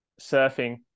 surfing